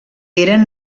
eren